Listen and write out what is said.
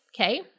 Okay